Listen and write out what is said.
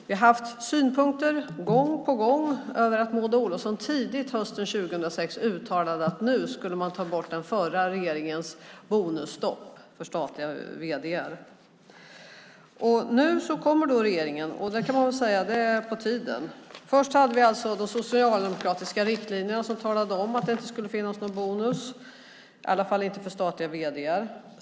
Vi har haft synpunkter gång på gång på att Maud Olofsson tidigt hösten 2006 uttalade att man nu skulle ta bort den förra regeringens bonusstopp för statliga vd:ar. Nu kommer då regeringen, och man kan säga att det är på tiden. Först hade vi alltså de socialdemokratiska riktlinjerna som talade om att det inte skulle finnas någon bonus, i alla fall inte för statliga vd:ar.